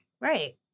Right